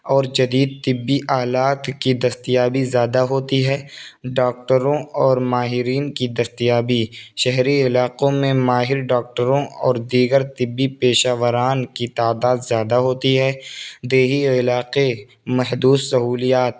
اور جدید طبی آلات کی دستیابی زیادہ ہوتی ہے ڈاکٹروں اور ماہرین کی دستیابی شہری علاقوں میں ماہر ڈاکٹروں اور دیگر طبی پیشہ واران کی تعداد زیادہ ہوتی ہے دیہی علاقے محدود سہولیات